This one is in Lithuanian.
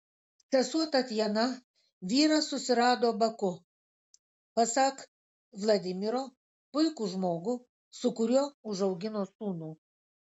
sesuo tatjana vyrą susirado baku pasak vladimiro puikų žmogų su kuriuo užaugino sūnų